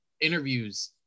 interviews